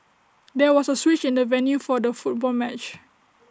there was A switch in the venue for the football match